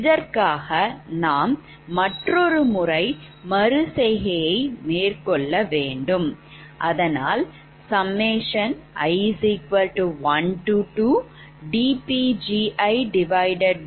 இதற்காக நாம் மற்றொரு முறை மறு செய்கை யை மேற்கொள்ள வேண்டும் i12dPgidʎ35